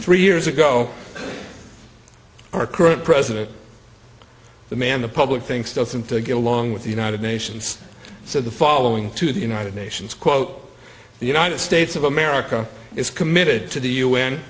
three years ago our current president the man the public thinks doesn't get along with the united nations said the following to the united nations quote the united states of america is committed to the u